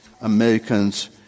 Americans